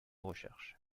recherche